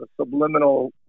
subliminal